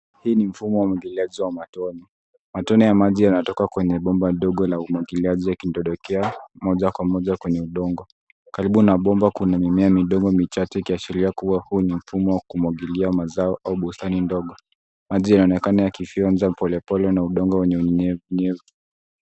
Hii ni mfumo wa umwagiliaji wa matone. Matone ya maji yanatoka kwenye bomba ndogo la umwagiliaji yakidondokea moja kwa moja kwenye udongo. Karibu na bomba kuna mimea midogo michache ikiashiria kuwa huu ni mfumo wa kumwagilia mazao au bustani ndogo. Maji yanaonekana yakifyonza polepole na udongo wenye unyevunyevu.